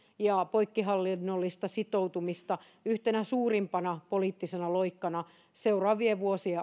ja poikkihallinnollista sitoutumista yhtenä suurimpana poliittisena loikkana seuraavien vuosien